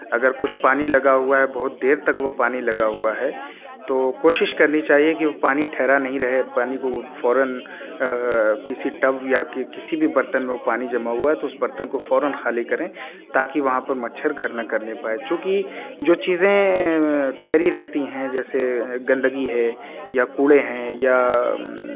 اگر کچھ پانی لگا ہوا ہے بہت دیر تک وہ پانی لگا ہوا ہے تو کوشش کرنی چاہیے کہ وہ پانی ٹھہرا نہیں رہے پانی کو وہ فوراً کسی ٹب یا کسی بھی برتن میں وہ پانی جمع ہوا ہے تو اس برتن کو فوراً خالی کریں تاکہ وہاں پر مچھر گھر نہ کرنے پائے چونکہ جو چیزیں ٹھہری رہتی ہیں جیسے گندگی ہے یا کوڑے ہیں یا